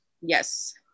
Yes